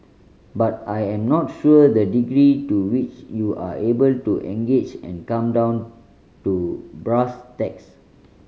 but I am not sure the degree to which you are able to engage and come down to brass tacks